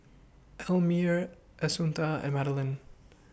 Elmire Assunta and Madeleine